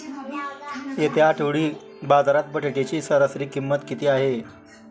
येत्या आठवडी बाजारात बटाट्याची सरासरी किंमत किती आहे?